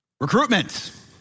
recruitment